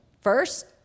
First